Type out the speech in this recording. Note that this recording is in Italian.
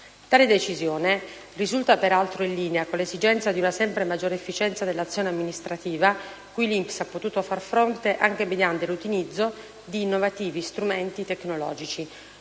Tale decisione risulta, peraltro, in linea con l'esigenza di una sempre maggiore efficienza dell'azione amministrativa, cui l'INPS ha potuto fare fronte anche mediante l'utilizzo di innovativi strumenti tecnologici,